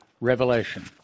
Revelation